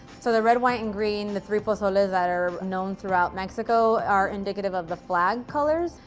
so the red, white, and green, the three pozoles that are known throughout mexico, are indicative of the flag colors,